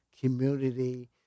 community